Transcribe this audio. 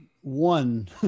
one